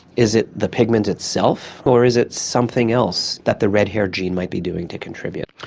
is it the pigment itself or is it something else that the red hair gene might be doing to contribute?